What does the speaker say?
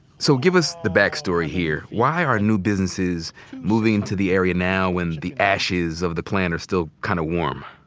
so give us the back story here. why are new businesses moving into the area now when the ashes of the plant are still kinda kind of warm?